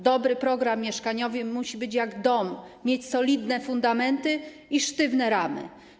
Dobry program mieszkaniowy musi być jak dom - mieć solidne fundamenty i sztywne ramy.